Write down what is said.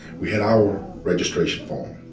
we had our registration form,